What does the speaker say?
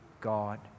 God